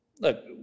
look